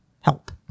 help